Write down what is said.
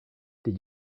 did